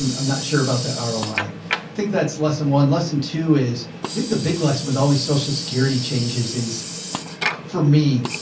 i'm not sure about the ah roi. i think that's less than one, less than two is. i think the big lesson with all these social security changes is for me.